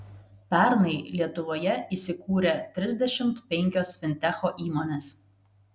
pernai lietuvoje įsikūrė trisdešimt penkios fintecho įmonės